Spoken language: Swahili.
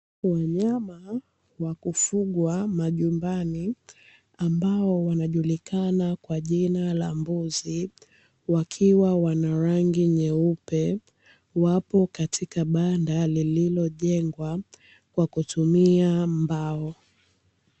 Wanyama wa kufugwa majumbani ambao wanajulikana kwa jina la mbuzi wakiwa na rangi nyeupe, wapo katika banda lililojengwa kwa kutumia mbao.